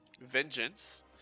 vengeance